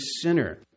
sinner